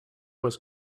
was